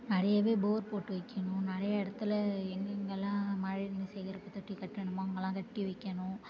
நிறையவே போர் போட்டு வைக்கணும் நிறைய இடத்துல எங்கெங்யெல்லாம் மழை நீர் சேகரிப்பு தொட்டி கட்டணுமோ அங்கெல்லாம் கட்டி வைக்கணும்